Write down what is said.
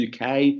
UK